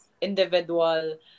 individual